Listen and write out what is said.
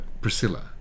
Priscilla